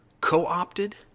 co-opted